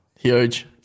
Huge